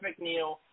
McNeil